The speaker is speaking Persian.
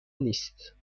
نیست